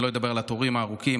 אני לא אדבר על התורים הארוכים,